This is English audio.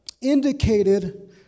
indicated